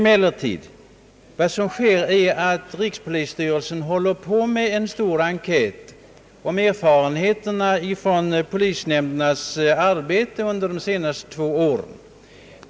Men vad som sker är att rikspolisstyrelsen håller på med en stor enkät om erfarenheterna från polisnämndernas arbete under de senaste två åren.